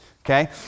okay